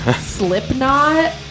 Slipknot